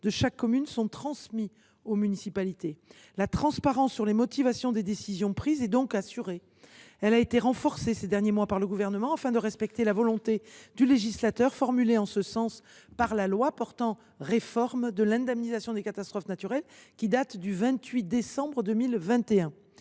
de chaque commune sont transmis aux municipalités. La transparence des motivations des décisions est donc assurée. Elle a été renforcée au cours des derniers mois par le Gouvernement, afin de respecter la volonté du législateur formulée dans la loi portant réforme de l’indemnisation des catastrophes naturelles, que vous avez mentionnée.